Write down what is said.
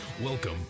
Welcome